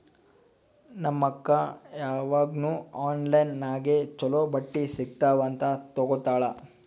ನಮ್ ಅಕ್ಕಾ ಯಾವಾಗ್ನೂ ಆನ್ಲೈನ್ ನಾಗೆ ಛಲೋ ಬಟ್ಟಿ ಸಿಗ್ತಾವ್ ಅಂತ್ ತಗೋತ್ತಾಳ್